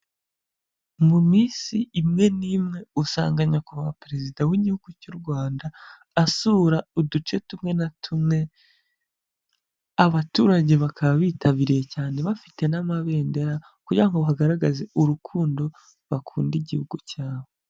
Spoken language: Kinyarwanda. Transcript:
Mu minsi imwe n'imwe, usanga nyakubahwa perezida w'igihugu cy'u Rwanda, asura uduce tumwe na tumwe, abaturage bakaba bitabiriye cyane bafite n'amabendera, kugira ngo bagaragaze urukundo bakunda igihugu cyabo.